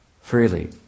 freely